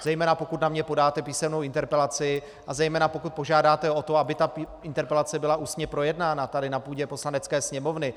Zejména pokud na mě podáte písemnou interpelaci a zejména pokud požádáte o to, aby ta interpelace byla ústně projednána tady na půdě Poslanecké sněmovny.